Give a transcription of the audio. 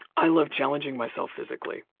i love challenging myself physically.